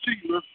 Jesus